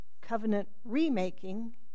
covenant-remaking